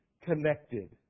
connected